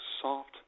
soft